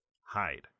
hide